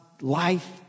life